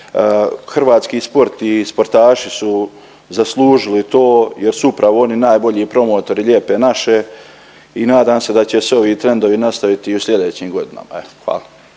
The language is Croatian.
Hrvatski sport i sportaši su zaslužili to jer su upravo oni najbolji promotori Lijepe naše i nadam se da će se ovi trendovi nastaviti i u slijedećim godinama, evo